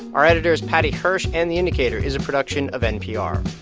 our editor is paddy hirsch, and the indicator is a production of npr